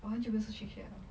我很久没有吃 shake shack 了